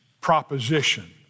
proposition